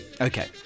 Okay